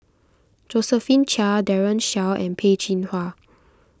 Josephine Chia Daren Shiau and Peh Chin Hua